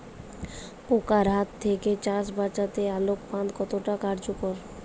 পোকার হাত থেকে চাষ বাচাতে আলোক ফাঁদ কতটা কার্যকর?